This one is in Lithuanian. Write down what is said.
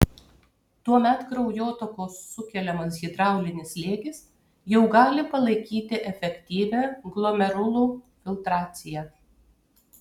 tuomet kraujotakos sukeliamas hidraulinis slėgis jau gali palaikyti efektyvią glomerulų filtraciją